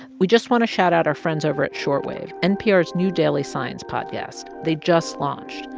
we just want to shout out our friends over at short wave, npr's new daily science podcast. they just launched.